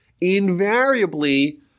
Invariably